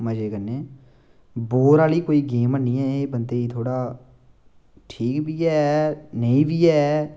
मजे कन्नै बोर आह्ली कोई गेम हैनी ऐ एह् बंदे गी थोह्ड़ा ठीक बी ऐ नेईं बी ऐ